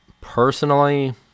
personally